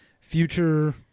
future